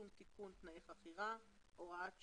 (רישום תיקון תנאי חכירה) (הוראת שעה),